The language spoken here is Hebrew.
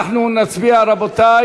רבותי